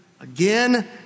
again